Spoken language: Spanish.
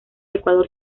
ecuador